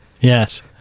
Yes